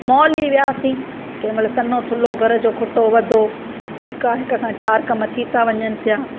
mall ई वियासीं कंहिंमहिल सन्हो थुल्हो घर जो खुटियो वधियो ठीकु हा घर जा चार कम थी था वञनि पिया